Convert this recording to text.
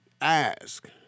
ask